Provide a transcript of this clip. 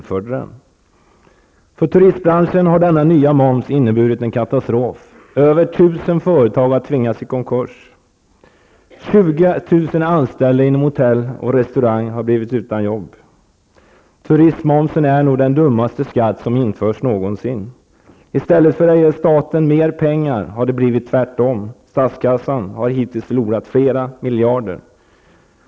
För turistbranschen har den nya momsen inneburit en katastrof: Över 1 000 företag har tvingats till konkurs, 20 000 anställda inom hotell och restaurang har blivit utan jobb. Turistmomsen är nog den dummaste skatt som någonsin har införts. I stället för att ge staten mer pengar har det blivit tvärtom -- statskassan har hittills förlorat flera miljarder.